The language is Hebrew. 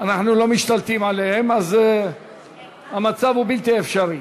אנחנו לא משתלטים עליהם, אז המצב הוא בלתי אפשרי.